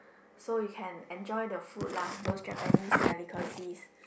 so you can enjoy the food lah those Japanese delicacies